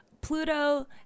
Pluto